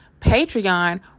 Patreon